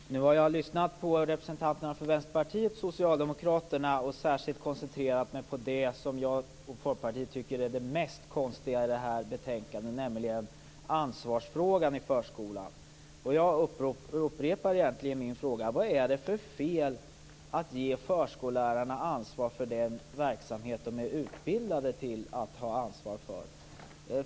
Fru talman! Nu har jag lyssnat på representanterna för Vänsterpartiet och Socialdemokraterna och särskilt koncentrerat mig på det som jag och Folkpartiet tycker är det mest konstiga i det här betänkandet, nämligen ansvarsfrågan i förskolan. Jag upprepar min fråga. Vad är det för fel att ge förskollärarna ansvar för den verksamhet de är utbildade att ta ansvar för?